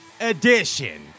edition